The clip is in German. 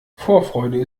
vorfreude